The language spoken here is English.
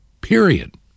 Period